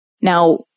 Now